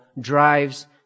drives